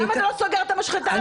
למה אתה לא סוגר את המשחטה הזאת?